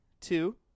two